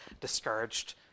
discouraged